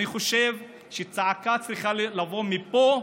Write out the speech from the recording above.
אני חושב שצעקה צריכה לבוא מפה,